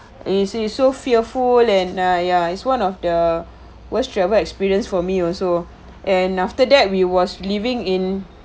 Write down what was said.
you see so fearful and uh ya is one of the worst travel experience for me also and after that we was living in